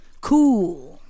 Cool